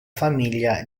famiglia